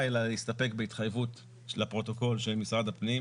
אלא להסתפק בהתחייבות של משרד הפנים לפרוטוקול,